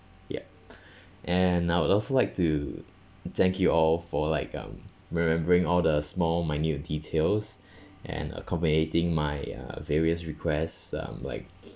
yup and I would also like to thank you all for like um remembering all the small minute details and accommodating my uh various requests um like